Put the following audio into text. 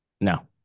No